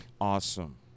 Awesome